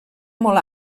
molt